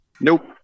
Nope